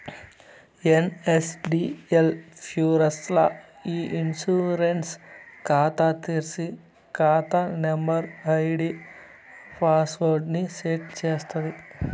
NSDL పూర్స్ ల్ల ఇ ఇన్సూరెన్స్ కాతా తెర్సి, కాతా నంబరు, ఐడీ పాస్వర్డ్ ని సెట్ చేస్తాది